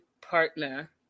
partner